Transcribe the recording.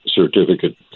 certificate